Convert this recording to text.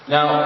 Now